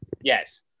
Yes